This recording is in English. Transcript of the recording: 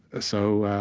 so